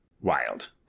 Wild